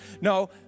No